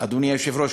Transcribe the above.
אדוני היושב-ראש,